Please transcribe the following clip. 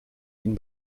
ihn